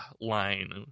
line